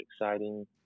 exciting